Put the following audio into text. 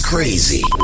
Crazy